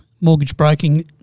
mortgage-breaking